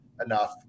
enough